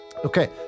Okay